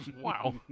wow